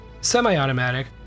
Semi-automatic